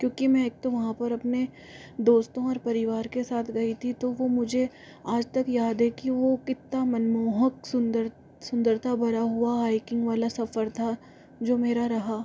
क्योकि मैं एक तो वहाँ पर अपने दोस्तों और परिवार के साथ गयी थी तो वह मुझे आज तक याद है कि वो कितना मनमोहक सुन्दर सुन्दरता भरा हुआ हाईकिंग वाला सफर था जो मेरा रहा